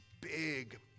big